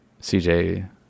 cj